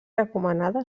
recomanada